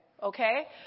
Okay